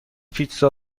پیتزا